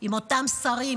אם אותם שרים